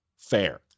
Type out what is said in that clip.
fair